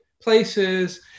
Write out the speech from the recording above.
places